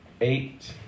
eight